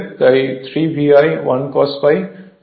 তাই 3 VI 1 cos phi হবে